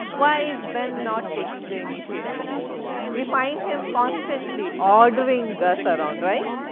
why is ben not taking the initiative? we find him constantly ordering gus around, right.